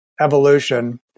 evolution